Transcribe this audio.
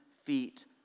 feet